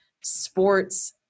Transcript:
sports